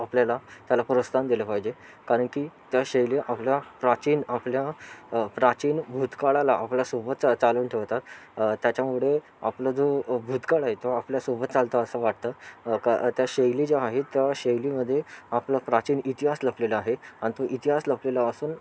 आपल्याला त्याला प्रोत्साहन दिलं पाहिजे कारण की त्या शैली आपल्या प्राचीन आपल्या प्राचीन भूतकाळाला आपल्या सोबत चा चालवून ठेवतात त्याच्यामुळे आपला जो भूतकाळ आहे तो आपल्या सोबत चालतो असं वाटतं क त्या शैली ज्या आहे त्या शैलीमध्ये आपला प्राचीन इतिहास लपलेला आहे आणि तो इतिहास लपलेला असून